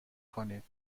کنید